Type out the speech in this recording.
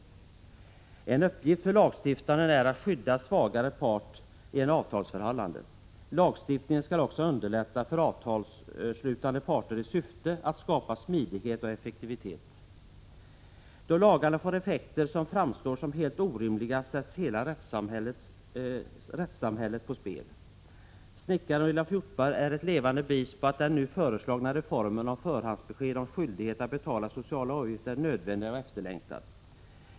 En uppgift för lagstiftaren är att skydda svagare part i avtalsförhållanden. Lagstiftningen skall också underlätta för avtalsslutande parter i syfte att skapa smidighet och effektivitet. Då lagarna får effekter som framstår som helt orimliga sätts hela rättssamhället på spel. Snickaren Elof Hjortberg är ett levande bevis på att den nu föreslagna reformen om förhandsbesked om skyldighet att betala sociala avgifter är nödvändig och efterlängtad.